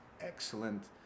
Excellent